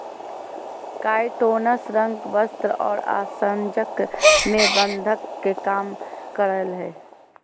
काइटोनस रंग, वस्त्र और आसंजक में बंधक के काम करय हइ